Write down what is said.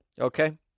okay